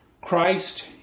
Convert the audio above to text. Christ